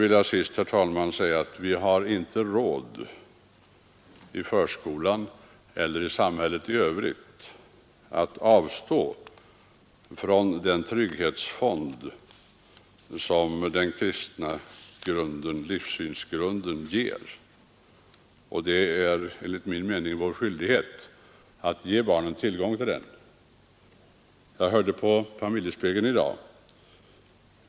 Vi har i förskolan eller i samhället i övrigt inte råd att avstå från den trygghetsfond som den kristna livssynsgrunden ger. Det är enligt min uppfattning vår skyldighet att ge barnen tillgång till den. Jag hörde på Familjespegeln i dag.